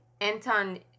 Anton